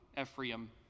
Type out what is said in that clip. Ephraim